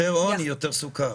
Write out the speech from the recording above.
יותר עוני = יותר סוכר.